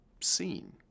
seen